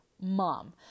mom